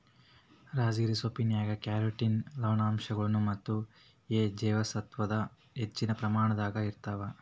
ರಾಜಗಿರಿ ಸೊಪ್ಪಿನ್ಯಾಗ ಕ್ಯಾರೋಟಿನ್ ಲವಣಾಂಶಗಳು ಮತ್ತ ಎ ಜೇವಸತ್ವದ ಹೆಚ್ಚಿನ ಪ್ರಮಾಣದಾಗ ಇರ್ತಾವ